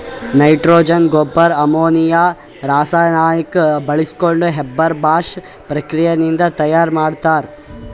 nitrogen ಗೊಬ್ಬರ್ ammonia ರಾಸಾಯನಿಕ್ ಬಾಳ್ಸ್ಕೊಂಡ್ ಹೇಬರ್ ಬಾಷ್ ಪ್ರಕ್ರಿಯೆ ನಿಂದ್ ತಯಾರ್ ಮಾಡ್ತರ್